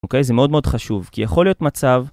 אוקיי? זה מאוד מאוד חשוב, כי יכול להיות מצב...